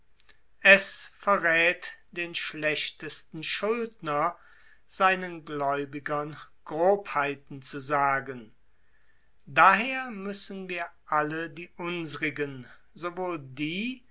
es verräth den schlechtesten schuldner seinen gläubigern grobheiten zu sagen daher müssen wir alle die unsrigen sowohl die